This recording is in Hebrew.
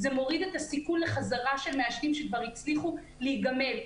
זה מוריד את הסיכון לחזרה של מעשנים שכבר הצליחו להיגמל.